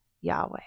yahweh